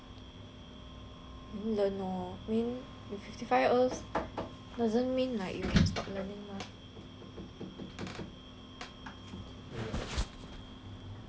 then learn lor I mean you fifty five years old doesn't mean like you can stop learning mah